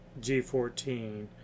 G14